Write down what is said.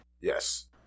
Yes